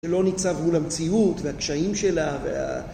שלא ניצבו למציאות והקשיים שלה וה...